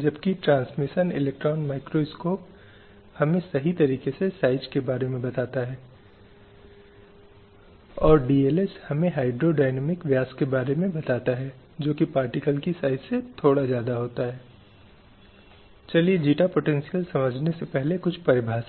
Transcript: और इस प्रक्रिया के माध्यम से इसने उन दायित्वों को लागू करने की कोशिश की है जिन्होंने सबसे पहले राज्य पक्षों को विभिन्न पहलुओं पर सहमत होने के लिए विभिन्न अधिकारों पर सहमत करने का प्रयास किया है उनके संबंधित अधिकार क्षेत्रों में विभिन्न अधिकारों को सुनिश्चित करने के साथ साथ राज्य की पार्टियों को जिम्मेदार बनाया उन अधिकारों को सुनिश्चित रूप में हासिल